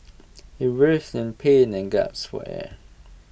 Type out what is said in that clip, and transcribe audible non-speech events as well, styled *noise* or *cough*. *noise* he writhed in pain and gasped for air